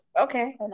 okay